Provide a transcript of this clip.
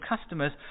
customers